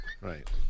Right